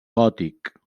gòtic